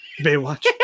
Baywatch